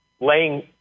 laying